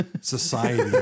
society